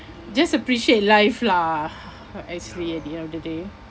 just appreciate life lah actually at the end of the day